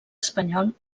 espanyol